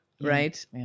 Right